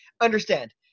Understand